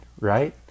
right